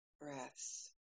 breaths